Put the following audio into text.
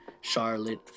Charlotte